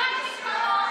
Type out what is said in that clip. במשפחות,